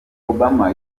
obama